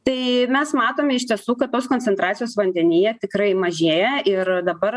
tai mes matome iš tiesų kad tos koncentracijos vandenyje tikrai mažėja ir dabar